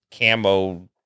camo